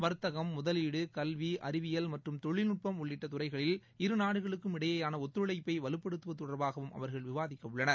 வர்த்தகம் முதலீடு கல்வி அறிவியல்மற்றும் தொழில்நுட்பம் உள்ளிட்ட துறைகளில் இருநாடுகளுக்கும் இடையேயான ஒத்துழைப்பை வலுப்படுத்துவது தொடர்பாகவும் அவர்கள் விவாதிக்கவுள்ளனர்